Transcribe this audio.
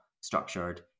structured